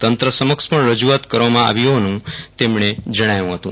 તંત્ર સમક્ષ પણ રજૂઆત કરવામાં આવી હોવાનું તેમણે જણાવ્યું હતું